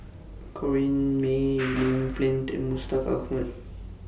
Corrinne May William Flint and Mustaq Ahmad